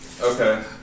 Okay